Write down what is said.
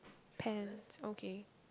pants okay